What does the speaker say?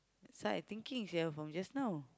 that's why I thinking sia from just now